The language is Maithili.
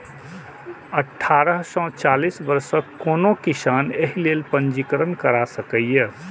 अठारह सं चालीस वर्षक कोनो किसान एहि लेल पंजीकरण करा सकैए